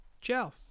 ciao